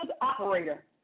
operator